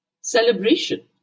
celebration